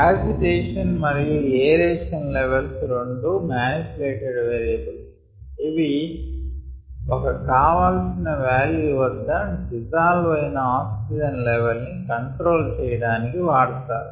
agitation మరియు aeration levels రెండూ manipulated variable ఇవి ఒక కావాల్సిన వాల్యూ వద్ద డిసాల్వ్ అయిన ఆక్సిజన్ లెవల్ ని కంట్రోల్ చెయ్యడానికి వాడతారు